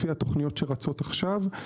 לפי התוכניות שרצות עכשיו,